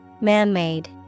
Man-made